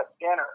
dinner